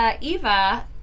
Eva